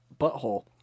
Butthole